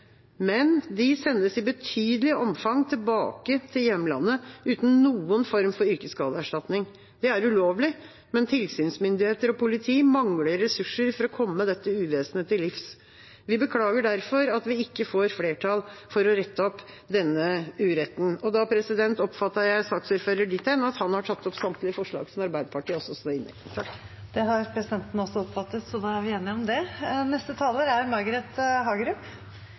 men de sendes i betydelig omfang tilbake til hjemlandet uten noen form for yrkesskadeerstatning. Det er ulovlig, men tilsynsmyndigheter og politi mangler ressurser for å komme dette uvesenet til livs. Vi beklager derfor at vi ikke får flertall for å rette opp denne uretten. Norsk arbeidsliv er trygt og godt regulert, og ordningene for økonomisk kompensasjon ved yrkesskader og yrkessykdommer er gode og skal også være det. Men det kan være grunn til å revidere lovgivning og gjeldende yrkesskadeordning for å sikre at disse er